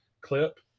clip